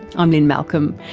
i'm lynne malcolm,